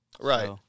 Right